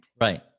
Right